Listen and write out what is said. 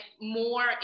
more